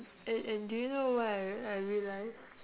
and and do you know what I I realised